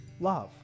love